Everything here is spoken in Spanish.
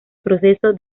proceso